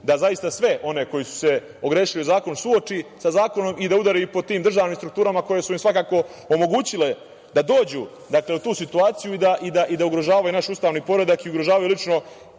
ulogu da sve one koji su se ogrešili o zakon suoči sa zakonom i da udari po tim državnim strukturama koje su im svakako omogućile da dođu u tu situaciju i da ugrožavaju naš ustavni poredak i ugrožavaju lično